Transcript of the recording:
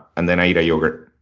and then i eat a yogurt.